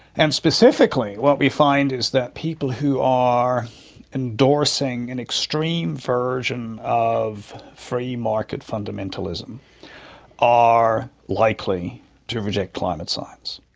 and specifically what we find is that people who are endorsing an extreme version of free-market fundamentalism are likely to reject climate science.